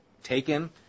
taken